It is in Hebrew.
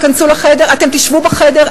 אתם תשבו בחדר,